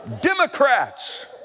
Democrats